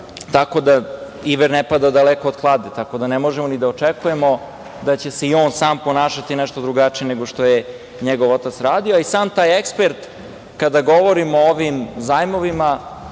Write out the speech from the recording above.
„Azotara“. Iver ne pada daleko od klade, tako da ne možemo da očekujemo da će se i on sam ponašati nešto drugačije nego što je njegov otac radi. Sam taj ekspert, kada govorimo o ovim zajmovima,